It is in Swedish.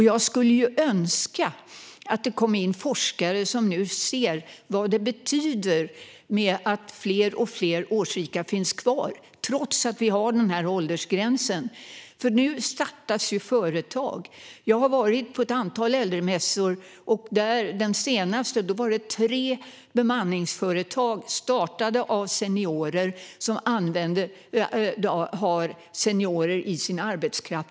Jag skulle önska att det kom in forskare som kan se vad det betyder att fler och fler årsrika finns kvar trots att vi har denna åldersgräns. Nu startas det företag. Jag har varit på ett antal äldremässor, och på den senaste var det tre bemanningsföretag som startats av seniorer och som använde seniorer i sin arbetskraft.